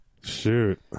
Shoot